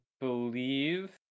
believe